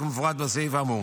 כמפורט בסעיף האמור.